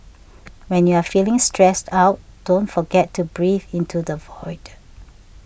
when you are feeling stressed out don't forget to breathe into the void